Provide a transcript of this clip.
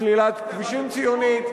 סלילת כבישים ציונית.